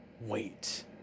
wait